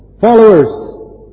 Followers